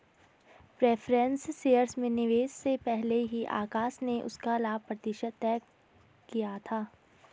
preference shares में निवेश से पहले ही आकाश ने उसका लाभ प्रतिशत तय किया था